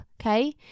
okay